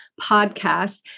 podcast